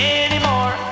anymore